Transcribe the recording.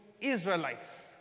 Israelites